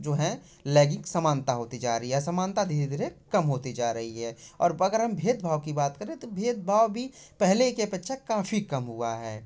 जो है लैंगिक समानता होती जा रही है असमानता धीरे धीरे कम होती जा रही है और अगर हम भेद भाव की बात करें तो भेद भाव भी पेहले के अपेछा काफी कम हुआ है